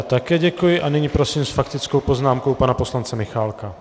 Také děkuji a nyní prosím s faktickou poznámkou pana poslance Michálka.